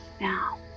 now